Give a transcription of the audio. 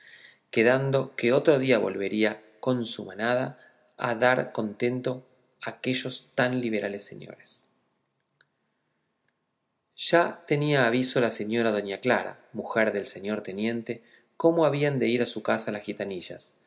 quedando que otro día volvería con su manada a dar contento aque llos tan liberales señores ya tenía aviso la señora doña clara mujer del señor teniente cómo habían de ir a su casa las gitanillas